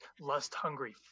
lust-hungry